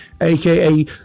aka